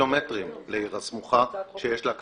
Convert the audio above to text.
קילומטרים לעיר הסמוכה שיש לה כלביה.